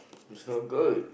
it's not good